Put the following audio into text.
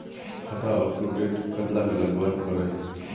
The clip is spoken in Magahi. खाता अपटूडेट कतला लगवार करोहीस?